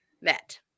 met